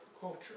culture